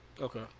Okay